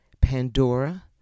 Pandora